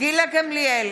גילה גמליאל,